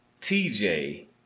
TJ